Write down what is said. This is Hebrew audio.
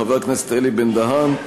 חבר הכנסת אלי בן-דהן,